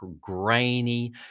grainy